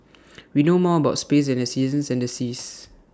we know more about space than the seasons and the seas